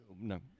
no